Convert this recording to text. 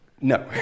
No